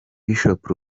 bishop